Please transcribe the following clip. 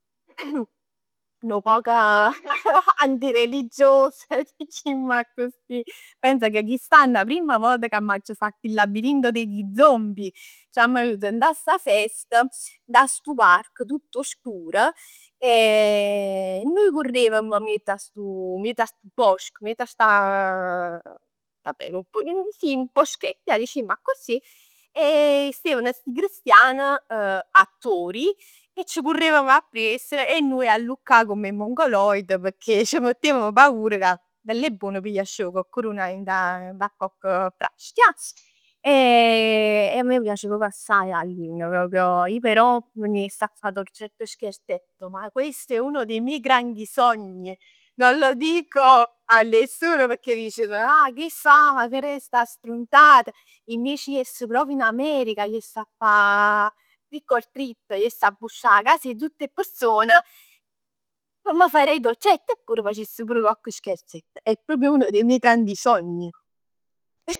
Nu poc antireligios dicimm accussì, pens ca chist ann è 'a primm vot che m'aggia fatt il labirinto degli zombie, c'amma juto dint 'a sta fest, dint 'a stu parco tutt 'o scur, e nuje curremm miezz 'a stu, miezz 'a stu bosc, miezz 'a sta vabbè sì nu boschett dicimm accussì. E steven sti cristian, attori, e c' currevem appriess e nuje 'a alluccà come 'e mongoloid pecchè ce mettevm paura ca bell e buon ascev coccrun aint 'a cocche cocche frasca ja. Eh a me m' piace proprj assaje Halloween, proprio. Io però m' ne jess a fa dolcetto e scherzetto. Ma questo è uno dei miei grandi sogni, non lo dico a nessuno pecchè diceno, ah che faj, che d'è sta strunzat, invece ij m' ne jess proprio in America, jess 'a fa trick or treat, jess 'a bussà 'a casa 'e tutt 'e person, p' m' fa dà 'e dolcett e poj facess pur cocche scherzetto, è proprio uno dei miei grandi sogni.